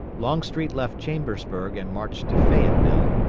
longstreet left chambersburg and marched to fayetteville,